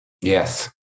Yes